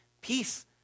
peace